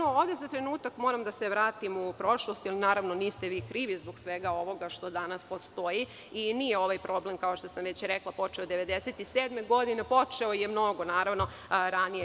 Ovde za trenutak moram da se vratim u prošlost jer, naravno, niste vi krivi zbog svega ovoga što danas postoji i nije ovaj problem počeo 1997. godine, počeo je mnogo ranije.